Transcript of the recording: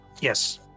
Yes